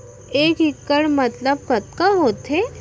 एक इक्कड़ मतलब कतका होथे?